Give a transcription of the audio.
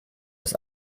das